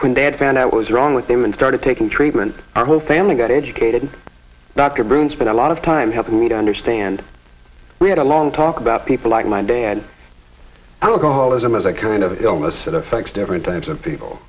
when dad found out was wrong with him and started taking treatment our whole family got educated dr broun spent a lot of time helping me to understand we had a long talk about people like my dad alcoholism is a kind of illness it affects different types of people